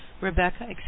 Rebecca